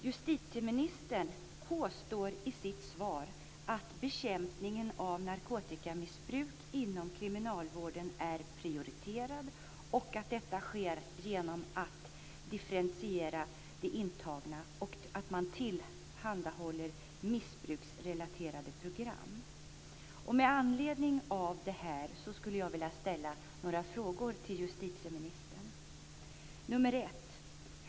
Justitieministern påstår i sitt svar att bekämpningen av narkotikamissbruk inom kriminalvården är prioriterad och att detta sker genom att differentiera de intagna och genom att man tillhandahåller missbruksrelaterade program. Men anledning av detta skulle jag vilja ställa några frågor till justitieministern.